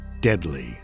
deadly